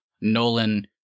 nolan